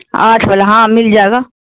آٹھ والا ہاں مل جائے گا